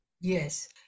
yes